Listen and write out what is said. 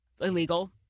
illegal